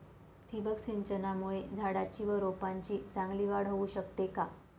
ठिबक सिंचनामुळे झाडाची व रोपांची चांगली वाढ होऊ शकते का?